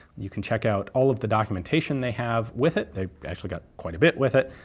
you can check out all of the documentation they have with it, they've actually got quite a bit with it,